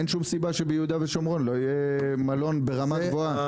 אין כל סיבה שביהודה ושומרון לא יהיה מלון ברמה גבוהה.